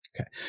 Okay